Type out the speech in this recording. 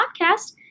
podcast